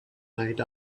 night